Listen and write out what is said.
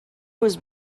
was